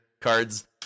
cards